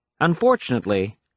Unfortunately